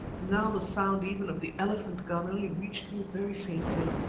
now the sound even of the elephant gun only reached me very faintly,